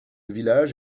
village